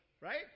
right